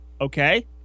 okay